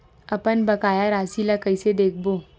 अपन बकाया राशि ला कइसे देखबो?